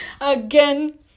again